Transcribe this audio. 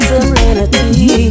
Serenity